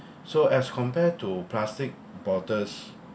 so as compare to plastic bottles